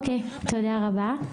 תודה רבה.